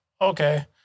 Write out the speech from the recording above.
okay